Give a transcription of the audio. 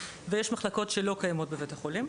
ויש מחלקות שלא קיימות בבית החולים.